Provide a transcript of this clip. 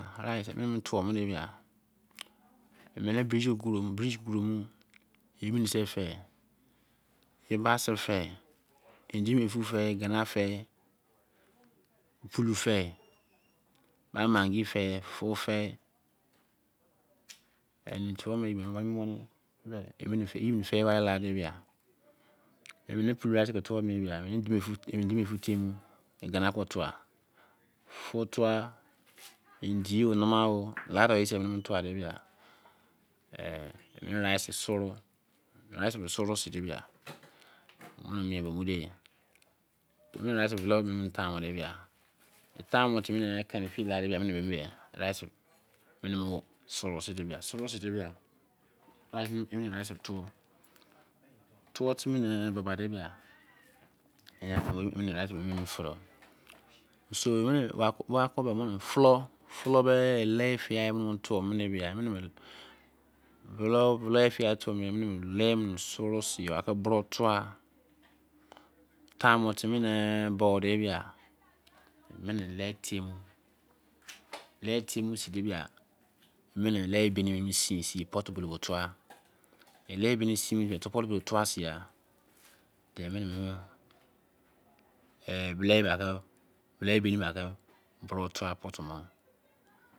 Rice mene tuo mine ba. bridge koro mu. yebose fei igbasa fei, idemfen fei igene fei. pulo fei. maggi fei fon. fei, yetwo mine ye wonu. women. yebo fei ware kide. bia. emene pulo rice ke tuo, i demn fn temn. fon twa, endi oh. nama o. kde yesei mene tua de bia. rice menesoro se. hia. mene bulon rice taimo, taimor timi. ne buba di bia. rice mene rinien fudo tulo mene. ki boro twa, le bini sin, se pot bolobo twa, mene. he bolo tua